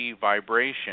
vibration